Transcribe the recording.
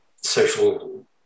social